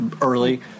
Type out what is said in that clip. early